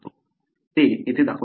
ते येथे दाखवले आहे